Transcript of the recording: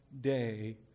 day